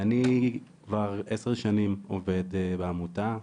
אני כבר עשר שנים עובד בעמותה,